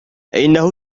إنه